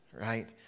right